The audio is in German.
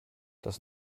das